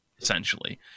essentially